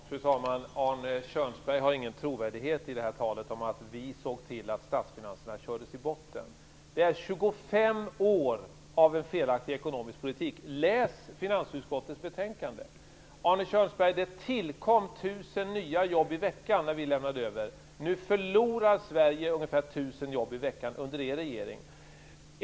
Fru talman! Arne Kjörnsberg har ingen trovärdighet i talet om att vi såg till att statsfinanserna kördes i botten. Det är 25 år av felaktig ekonomisk politik. Läs finansutskottets betänkande! Det tillkom, Arne Kjörnsberg, 1 000 nya jobb i veckan när vi lämnade över. Nu förlorar Sverige ungefär 1 000 jobb i veckan under er regeringstid.